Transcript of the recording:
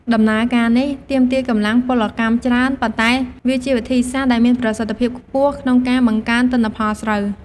ដំណើរការនេះទាមទារកម្លាំងពលកម្មច្រើន ប៉ុន្តែវាជាវិធីសាស្រ្តដែលមានប្រសិទ្ធភាពខ្ពស់ក្នុងការបង្កើនទិន្នផលស្រូវ។